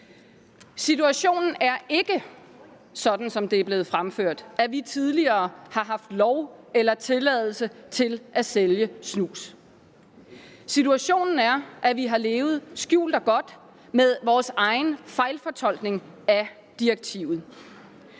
Situationen er ikke, sådan som det er blevet fremført, at vi tidligere har haft lov eller tilladelse til at sælge snus. Situationen er, at vi har levet skjult og godt med vores egen fejlfortolkning af direktivet,